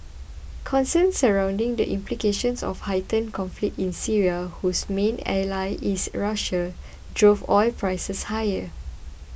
concerns surrounding the implications of heightened conflict in Syria whose main ally is Russia drove oil prices higher